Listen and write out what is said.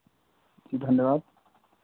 धन्यवाद